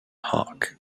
hawk